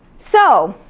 so